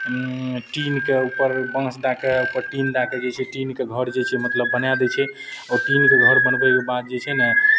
टीनके ऊपर बाँस दए कऽ ओहिपर टीन दए कऽ टीनके जे छै घर जे छै मतलब बनाए दै छै आओर टीनके घर बनबैके बाद जे छै ने